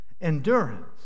Endurance